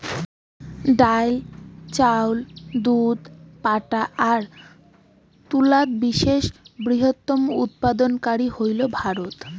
ডাইল, চাউল, দুধ, পাটা আর তুলাত বিশ্বের বৃহত্তম উৎপাদনকারী হইল ভারত